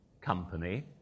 Company